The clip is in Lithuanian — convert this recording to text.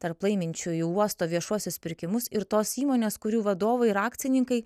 tarp laiminčiųjų uosto viešuosius pirkimus ir tos įmonės kurių vadovai ir akcininkai